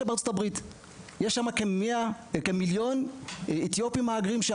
שבארצות הבריות יש מיליון אתיופים מהגרים.